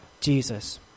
Jesus